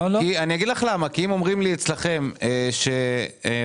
אני לא יודע עד כמה לקחת ברצינות את זה שאתם אומרים